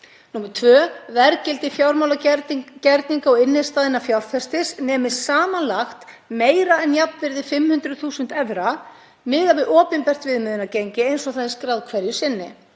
2. Verðgildi fjármálagerninga og innstæðna fjárfestis nemi samanlagt meira en jafnvirði 500.000 evra, miðað við opinbert viðmiðunargengi eins og það er skráð hverju sinni.